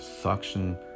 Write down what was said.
suction